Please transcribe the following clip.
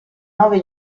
nove